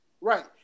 Right